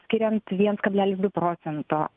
skiriant viens kablelis du procento